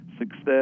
Success